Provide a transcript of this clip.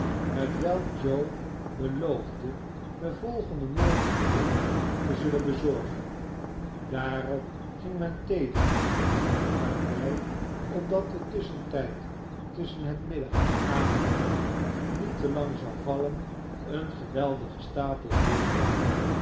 hetwelk joe beloofde den volgenden morgen vroeg te zullen bezorgen daarop ging men theedrinken waarbij opdat de tusschentijd tusschen het rniddag en avondmaal niet te lang zou vallen een geweldige stapel boterhammen